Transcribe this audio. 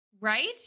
Right